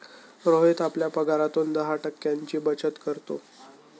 रोहित आपल्या पगारातून दहा टक्क्यांची बचत करतो